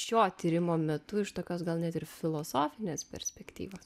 šio tyrimo metu iš tokios gal net ir filosofinės perspektyvos